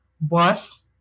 boss